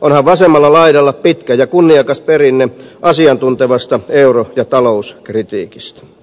onhan vasemmalla laidalla pitkä ja kunniakas perinne asiantuntevasta euro ja talouskritiikistä